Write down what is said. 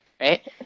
right